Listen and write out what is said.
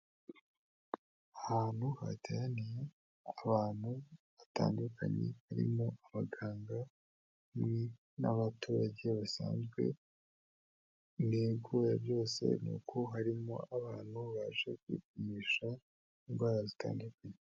Ahantu hateraniye abantu batandukanye, harimo abaganga hamwe n'abaturage basanzwe, intego ya byose ni uko harimo abantu baje kwipimisha indwara zitandukanye.